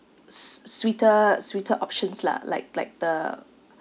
s~ sweeter sweeter options lah like like the